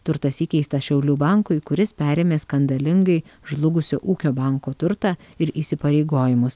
turtas įkeistas šiaulių bankui kuris perėmė skandalingai žlugusio ūkio banko turtą ir įsipareigojimus